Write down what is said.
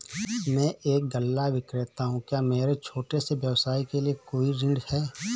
मैं एक गल्ला विक्रेता हूँ क्या मेरे छोटे से व्यवसाय के लिए कोई ऋण है?